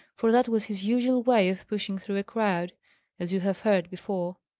for that was his usual way of pushing through a crowd as you have heard before.